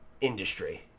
industry